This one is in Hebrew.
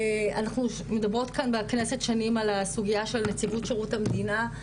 אנחנו מדברות כאן בכנסת שנים על הסוגיה של נציבות שירות המדינה,